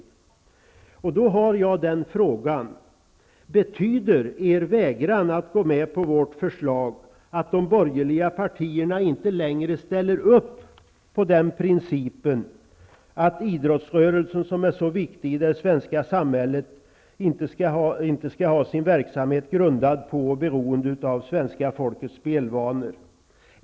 Därför ställer jag frågan: Betyder er vägran att gå med på vårt förslag att de borgerliga partierna inte längre ställer upp på principen att idrottrörelsens verksamhet, som är så viktig i det svenska samhället, inte skall vara beroende av svenska folkets spelvanor?